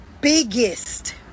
biggest